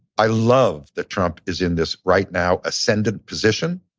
i love that trump is in this right now ascendant position,